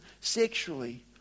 sexually